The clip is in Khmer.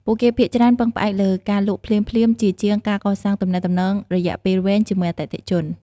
ពួកគេភាគច្រើនពឹងផ្អែកលើការលក់ភ្លាមៗជាជាងការកសាងទំនាក់ទំនងរយៈពេលវែងជាមួយអតិថិជន។